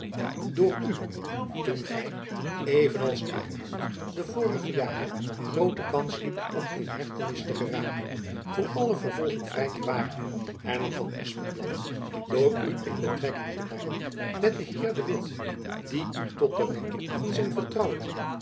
door u toen gy even als oudart ten vorigen jare groote kans liept om in hechtenis te geraken voor alle vervolging vrij te waren hernam van espenblad door u in betrekking te brengen met den heer de witt die u tot den rang van zijn vertrouweling